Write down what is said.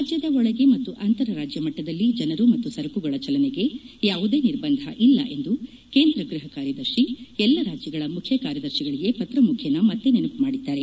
ರಾಜ್ಯದ ಒಳಗೆ ಮತ್ತು ಅಂತರ ರಾಜ್ಯ ಮಟ್ಸದಲ್ಲಿ ಜನರ ಮತ್ತು ಸರಕುಗಳ ಚಲನೆಗೆ ಯಾವುದೇ ನಿರ್ಬಂಧ ಇಲ್ಲ ಎಂದು ಕೇಂದ್ರ ಗ್ಬಹ ಕಾರ್ಯದರ್ಶಿ ಎಲ್ಲ ರಾಜ್ಯಗಳ ಮುಖ್ಯ ಕಾರ್ಯದರ್ಶಿಗಳಿಗೆ ಪತ್ರ ಮುಖೇನ ಮತ್ತೆ ನೆನಪು ಮಾದಿದ್ದಾರೆ